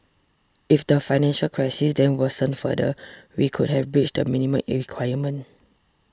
if the financial crisis then worsened further we could have breached the minimum requirement